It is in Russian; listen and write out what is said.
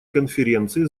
конференции